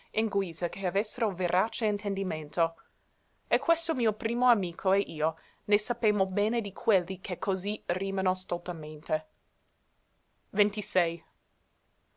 in guisa che avessero verace intendimento e questo mio primo amico e io ne sapemo bene di quelli che così rìmano stoltamente